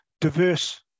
diverse